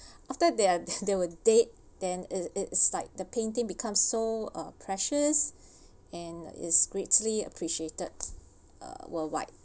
after they they are dead then it's like the painting becomes so uh precious and is greatly appreciated a worldwide